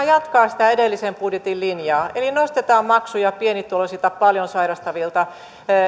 jatkaa sitä edellisen budjetin linjaa eli nostetaan maksuja pienituloisilta paljon sairastavilta